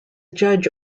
judge